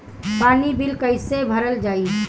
पानी बिल कइसे भरल जाई?